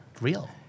real